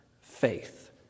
faith